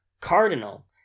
cardinal